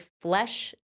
flesh